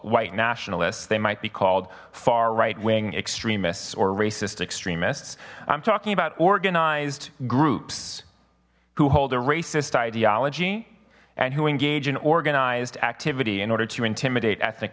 white nationalists they might be called far right wing extremists or racist extremists i'm talking about organized groups who hold a racist ideology and who engage in organized activity in order to intimidate ethnic